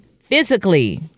physically